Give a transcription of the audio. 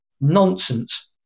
nonsense